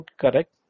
correct